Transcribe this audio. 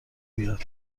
بیاد